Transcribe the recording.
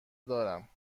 دارم